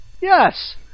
Yes